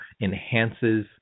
enhances